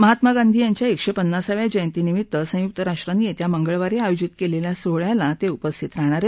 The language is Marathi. महात्मा गांधी यांच्या एकशेपन्नासाव्या जयंतीनिमित्त संयुक्त राष्ट्रानं येत्या मंगळवारी आयोजित केलेल्या सोहळ्यालाही ते उपस्थित राहणार आहेत